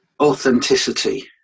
authenticity